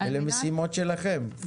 אלה משימות שלכם.